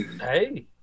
hey